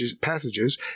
passages